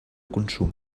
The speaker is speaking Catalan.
consum